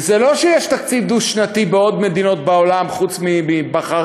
וזה לא שיש תקציב דו-שנתי בעוד מדינות בעולם חוץ מבחריין,